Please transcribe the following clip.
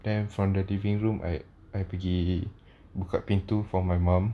then from the living room I pergi buka pintu for my mum